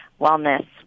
wellness